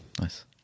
Nice